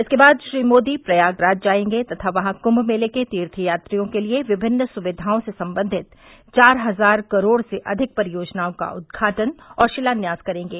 इसके बाद श्री मोदी प्रयागराज जायेंगे तथा वहां कुंम मेले के तीर्थयात्रियों के लिये विभिन्न सुविधाओं से संबंधित चार हजार करोड़ से अधिक परियोजनाओं का उदघाटन और शिलान्यास करेंगे